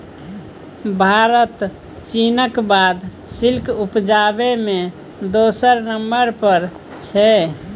भारत चीनक बाद सिल्क उपजाबै मे दोसर नंबर पर छै